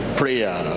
prayer